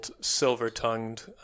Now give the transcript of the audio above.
silver-tongued